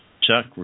Chuck